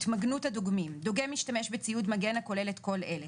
דוגם ישתמש בציוד מגן הכולל את כל אלה: